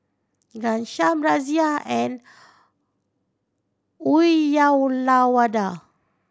Ghanshyam Razia and Uyyalawada